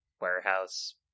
warehouse